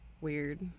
weird